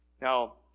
Now